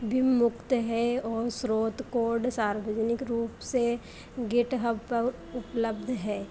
अभिमुक्त है और स्रोत कोड सार्वजनिक रूप से गिटहब पर उपलब्ध है